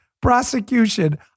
prosecution